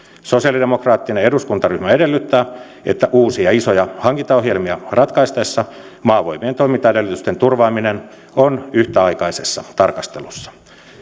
sosiaalidemokraattinen eduskuntaryhmä edellyttää että uusia isoja hankintaohjelmia ratkaistaessa maavoimien toimintaedellytysten turvaaminen on yhtäaikaisessa tarkastelussa